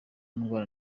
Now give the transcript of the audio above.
ndwara